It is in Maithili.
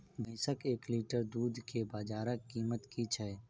भैंसक एक लीटर दुध केँ बजार कीमत की छै?